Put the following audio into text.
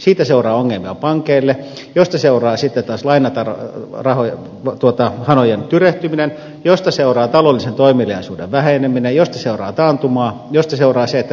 siitä seuraa ongelmia pankeille mistä seuraa sitten taas lainahanojen tyrehtyminen josta seuraa taloudellisen toimeliaisuuden väheneminen josta seuraa taantumaa josta seuraa se että verovaroja on vähemmän